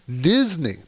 Disney